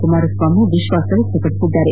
ಕುಮಾರಸ್ವಾಮಿ ವಿಶ್ವಾಸ ವ್ಯಕ್ತಪಡಿಸಿದ್ದಾರೆ